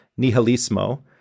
Nihilismo